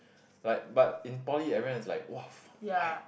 like but in poly everyone is like !wah! !fuck! why